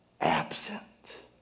absent